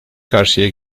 karşıya